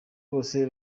bose